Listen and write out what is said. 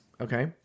okay